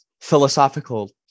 philosophical